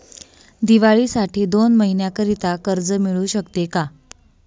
दिवाळीसाठी दोन महिन्याकरिता कर्ज मिळू शकते का?